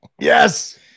Yes